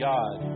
God